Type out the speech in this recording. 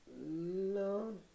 No